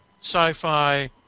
sci-fi